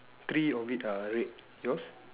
three of it are red yours